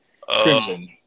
Crimson